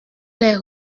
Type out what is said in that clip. les